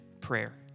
prayer